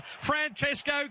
Francesco